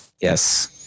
Yes